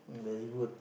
very good